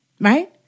right